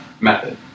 method